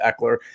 Eckler